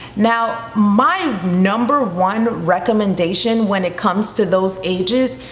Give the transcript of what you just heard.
now, my number one recommendation when it comes to those ages,